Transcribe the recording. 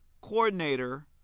coordinator